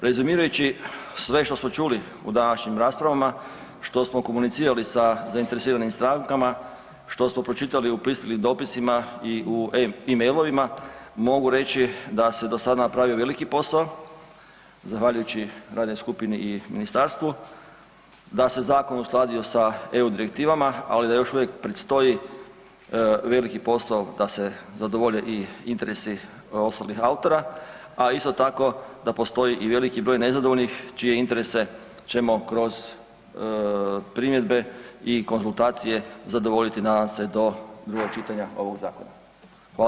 Rezumirajući sve što smo čuli u današnjim raspravama, što smo komunicirali sa zainteresiranim strankama, što smo pročitali u pristiglim dopisima i u e-mailovima mogu reći da se do sad napravio veliki posao zahvaljujući radnoj skupini i ministarstvu, da se zakon uskladio sa EU direktivama, ali da još uvijek predstoji veliki posao da se zadovolje i interesi ostalih autora, a isto tako da postoji i veliki broj nezadovoljnih čije interese ćemo kroz primjedbe i konzultacije zadovoljiti nadam se do, do drugog čitanja ovog zakona.